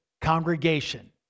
congregation